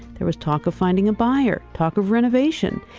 there was talk of finding a buyer, talk of renovation,